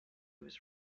was